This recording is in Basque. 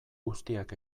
guztiak